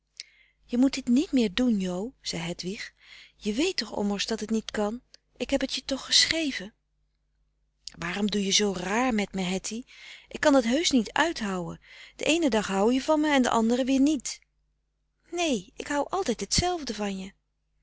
je moet dit niet meer doen jo zei hedwig je weet toch ommers dat het niet kan ik heb het je toch geschreven waarom doe je zoo raar met me hettie ik kan dat heus niet uithouë den eenen dag hou je van me en den andere weer niet nee ik hou altijd hetzelfde van je